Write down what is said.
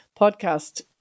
podcast